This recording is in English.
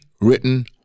written